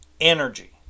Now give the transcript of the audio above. Energy